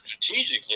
strategically